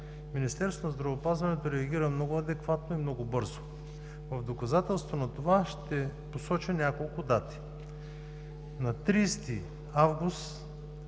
Министерството на здравеопазването реагира много адекватно и много бързо. В доказателство на това ще посоча няколко дати. На 30 август